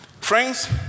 Friends